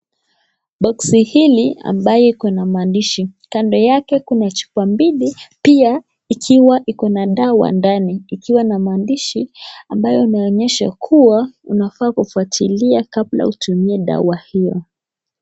Boxi hili ambaye iko na maandishi, kando yake kuna chupa mbili pia ikiwa iko na dawa ndani ikiwa na maandishi ambayo ni onyesho kuwa unafaa kufuatilia kabla utumie dawa hiyo.